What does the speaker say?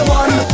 one